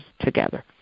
together